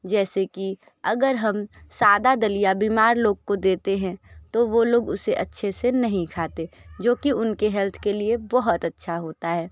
जैसे कि अगर हम सादा दलिया बीमार लोग को देते हैं तो वो लोग उसे अच्छे से नहीं खाते जो कि उनके हेल्थ के लिए बहुत अच्छा होता है